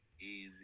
Easy